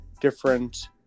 different